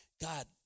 God